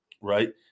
right